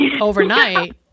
overnight